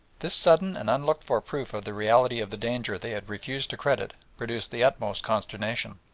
this sudden and unlooked-for proof of the reality of the danger they had refused to credit produced the utmost consternation.